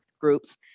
groups